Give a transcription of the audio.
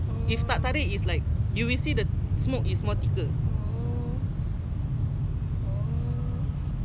if tak tarik is like you receive the smoke is more thicker